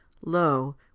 lo